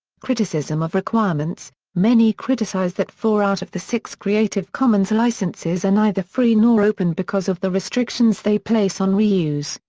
criticism of requirements many criticize that four out of the six creative commons licenses are neither free nor open because of the restrictions they place on reuse,